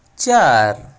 चार